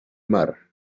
mar